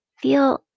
Feel